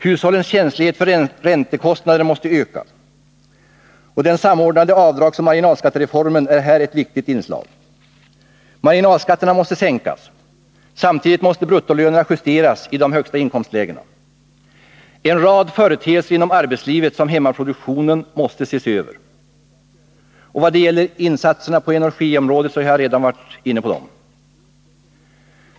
Hushållens känslighet för räntekostnader måste ökas. Den samordnade avdragsoch marginalskattereformen är här ett viktigt inslag. Marginalskatterna måste sänkas. Samtidigt måste bruttolönerna justeras i de högsta inkomstlägena. En rad företeelser inom arbetslivet som hämmar produktionen måste ses över. Insatser på energiområdet har jag redan tidigare berört.